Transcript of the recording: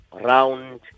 round